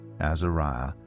Azariah